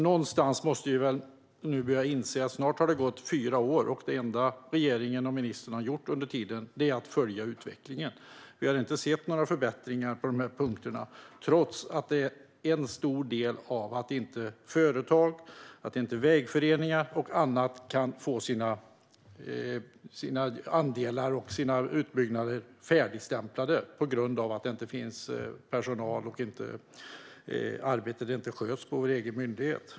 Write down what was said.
Någonstans måste vi inse att det snart har gått fyra år, och det enda som regeringen och ministern har gjort under tiden är att följa utvecklingen. Vi har inte sett några förbättringar på de här punkterna trots att varken företag, vägföreningar eller andra kan få sina andelar och utbyggnader färdigstämplade på grund av att det inte finns personal och att arbetet inte sköts på vår egen myndighet.